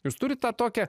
jūs turit tą tokią